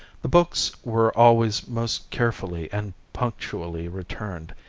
the books were always most carefully and punctually returned,